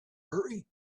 hurry